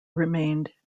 remained